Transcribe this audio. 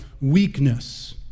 weakness